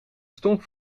stonk